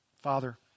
Father